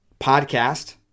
podcast